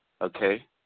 Okay